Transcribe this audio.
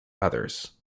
others